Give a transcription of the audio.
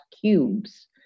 cubes